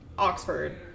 Oxford